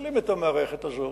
שמנצלים את המערכת הזו,